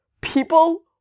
people